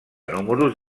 números